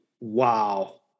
Wow